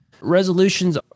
resolutions